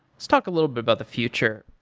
let's talk a little bit about the future.